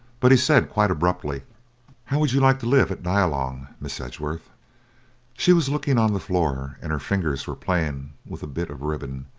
but he said, quite abruptly how would you like to live at nyalong, miss edgeworth she was looking on the floor, and her fingers were playing with a bit of ribbon,